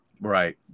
Right